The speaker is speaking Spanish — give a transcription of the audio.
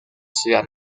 ciudad